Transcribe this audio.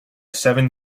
seven